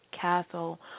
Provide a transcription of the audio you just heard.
castle